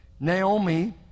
Naomi